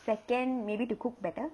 second maybe to cook better